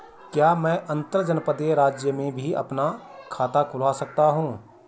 क्या मैं अंतर्जनपदीय राज्य में भी अपना खाता खुलवा सकता हूँ?